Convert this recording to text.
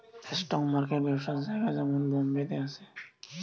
stock market ব্যবসার জায়গা যেমন বোম্বে তে আছে